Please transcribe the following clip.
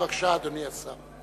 בבקשה, אדוני השר.